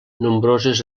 nombroses